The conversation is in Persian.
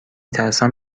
ترسم